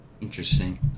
Interesting